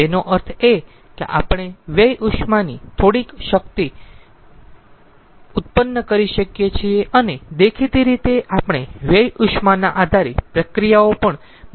તેનો અર્થ એ કે આપણે વ્યય ઉષ્માથી થોડીક શક્તિ ઉત્પન્ન કરી શકીયે છીએ અને દેખીતી રીતે આપણે વ્યય ઉષ્માના આધારે પ્રક્રિયાઓ પણ બનાવી શકીયે છીએ